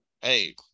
Hey